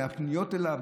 מהפניות אליו,